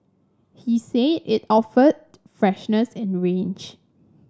he said it offered freshness and range